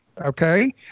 okay